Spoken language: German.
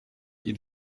ihn